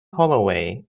holloway